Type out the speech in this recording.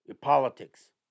politics